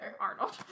Arnold